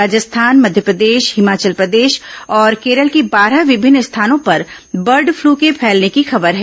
राजस्थान मध्यप्रदेश हिमाचल प्रदेश और केरल के बारह विभिन्न स्थानों पर बर्ड फ्लू के फैलने की खबर है